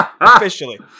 officially